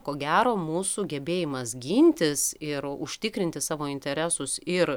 ko gero mūsų gebėjimas gintis ir užtikrinti savo interesus ir